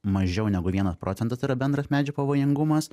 mažiau negu vienas procentas yra bendras medžių pavojingumas